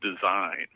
design